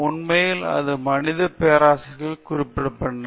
உண்மையில் இது மனிதவள பேராசிரியர்கள் குறிப்பிடுவதுதான்